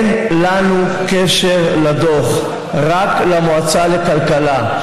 אין לנו קשר לדוח, רק למועצה לכלכלה.